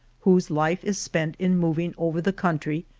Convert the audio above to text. whose life is spent in moving over the country,